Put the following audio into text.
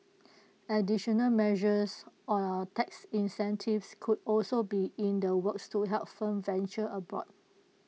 additional measures or tax incentives could also be in the works to help firms venture abroad